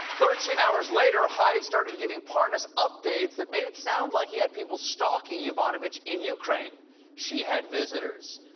thirteen hours later, hyde started giving parnas updates that made it sound like he had people stalking yovanovich in ukraine she had visitors.